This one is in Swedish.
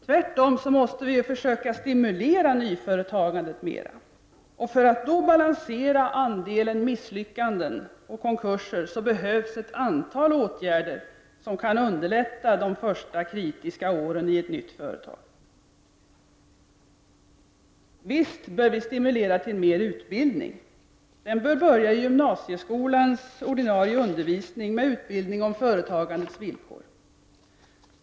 Tvärtom måste vi försöka stimulera nyföretagandet mera, och för att då balansera andelen misslyckanden och konkurser behövs ett antal åtgärder som kan underlätta de första kritiska åren i ett nytt företag. Visst bör vi stimulera till mer utbildning. Den bör börja i gymnasieskolans ordinarie undervisning med utbildning om företagandets villkor.